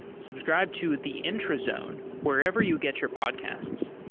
subscribe to the intrazone wherever you get your podcasts.